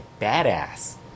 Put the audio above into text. badass